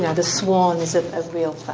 the swan is a real